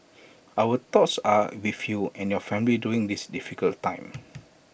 our thoughts are with you and your family during this difficult time